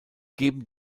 geben